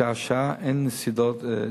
שעה-שעה, אין סודות.